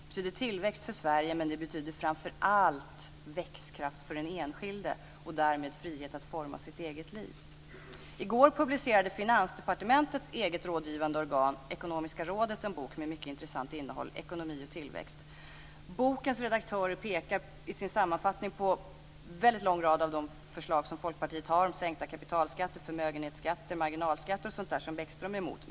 Det betyder tillväxt för Sverige, men det betyder framför allt växtkraft för den enskilde och därmed frihet att forma sitt eget liv. I går publicerade Finansdepartementets eget rådgivande organ Ekonomiska rådet en bok - Ekonomi och tillväxt - med mycket intressant innehåll. Bokens redaktörer pekar i sin sammanfattning på en lång rad av de förslag som Folkpartiet har om sänkta kapitalskatter, sänkta förmögenhetsskatter, sänkta marginalskatter och sådant som Bäckström är emot.